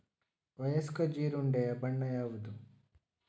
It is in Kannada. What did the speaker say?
ವಯಸ್ಕ ಜೀರುಂಡೆಯ ಬಣ್ಣ ಯಾವುದು?